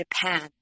Japan